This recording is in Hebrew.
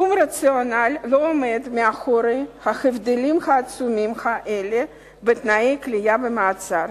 שום רציונל לא עומד מאחורי ההבדלים העצומים האלה בתנאי כליאה ומעצר.